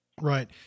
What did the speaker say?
Right